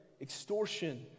extortion